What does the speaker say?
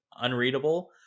unreadable